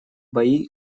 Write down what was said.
бои